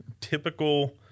typical